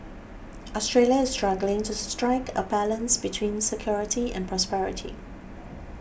Australia is struggling to strike a balance between security and prosperity